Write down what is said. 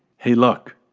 hey look.